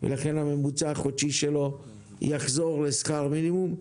ולכן הממוצע החודשי שלו יחזור לשכר מינימום.